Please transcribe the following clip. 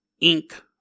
ink